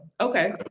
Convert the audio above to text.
Okay